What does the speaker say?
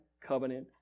covenant